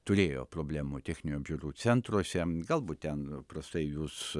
turėjo problemų techninių apžiūrų centruose galbūt ten prastai jus